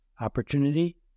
opportunity